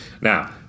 Now